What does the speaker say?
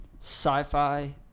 sci-fi